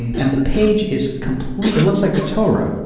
and the page is completely, it looks like the torah,